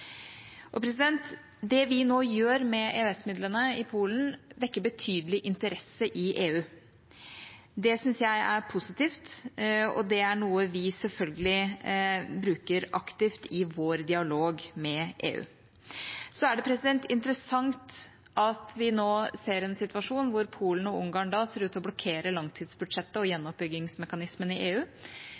Det vi nå gjør med EØS-midlene i Polen, vekker betydelig interesse i EU. Det syns jeg er positivt, og det er noe vi selvfølgelig bruker aktivt i vår dialog med EU. Så er det interessant at vi nå ser en situasjon der Polen og Ungarn ser ut til å blokkere langtidsbudsjettet og gjenoppbyggingsmekanismen i EU